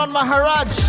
Maharaj